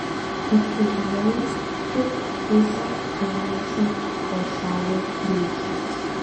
atpažinau tik pusę einančių pro šalį geišų